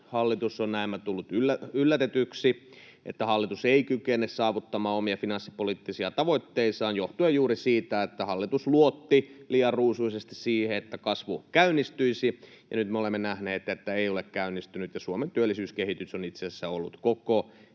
hallitus on näemmä tullut yllätetyksi niin, että hallitus ei kykene saavuttamaan omia finanssipoliittisia tavoitteitaan johtuen juuri siitä, että hallitus luotti liian ruusuisesti siihen, että kasvu käynnistyisi. Nyt me olemme nähneet, että ei ole käynnistynyt ja Suomen työllisyyskehitys on itse asiassa ollut koko